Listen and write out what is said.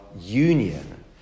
union